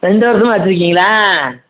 ரெண்டு வருசமாக வச்சுருக்கீங்களா